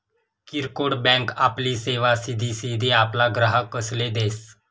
किरकोड बँक आपली सेवा सिधी सिधी आपला ग्राहकसले देस